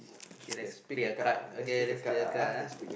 kay let's take your card okay let's take your card ah